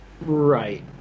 right